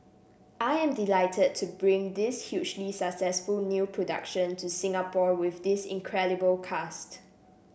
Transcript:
I am delighted to bring this hugely successful new production to Singapore with this incredible cast